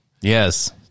Yes